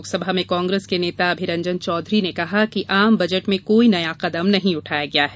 लोकसभा में कांग्रेस के नेता अभिरंजन चौधरी ने कहा कि आम बजट में कोई नया कदम नहीं उठाया गया है